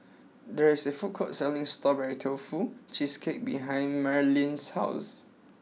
there is a food court selling Strawberry Tofu Cheesecake behind Marleen's house